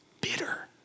bitter